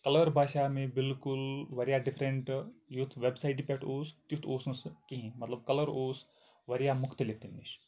colour باسیٛو مےٚ بِالکُل واریاہ ڈِفرنٛٹ یُتھ وٮ۪بسایٹہِ پٮ۪ٹھ اوس تیُٚتھ اوس نہٕ سُہ کِہیٖنۍ مطلب کَلَر اوس واریاہ مختلف تَمہِ نِش